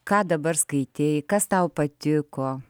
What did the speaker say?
ką dabar skaitei kas tau patiko